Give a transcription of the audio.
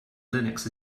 linux